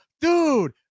dude